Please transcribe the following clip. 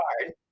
card